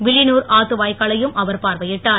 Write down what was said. வில்லியனூர் ஆத்துவாய்க்காலையும் அவர் பார்வையிட்டார்